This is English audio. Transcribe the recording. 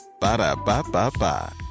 Ba-da-ba-ba-ba